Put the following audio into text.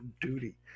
duty